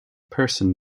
person